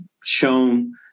shown